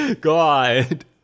God